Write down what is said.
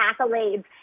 accolades